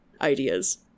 ideas